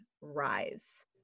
rise